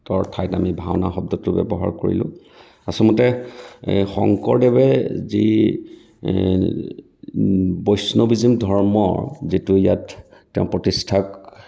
অৰ ঠাইত আমি ভাওনা শব্দটো ব্যৱহাৰ কৰিলোঁ আচলতে শংকৰদেৱে যি বৈষ্ণৱিজিম ধৰ্ম যিটো ইয়াত তেওঁ প্ৰতিষ্ঠা